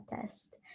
test